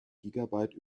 gigabyte